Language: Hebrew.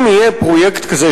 אם יהיה פרויקט כזה,